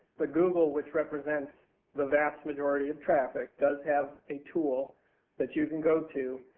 but google, which represents the vast majority of traffic, does have a tool that you can go to.